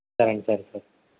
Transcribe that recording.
సరే అండి సరే సరే